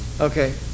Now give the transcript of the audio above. okay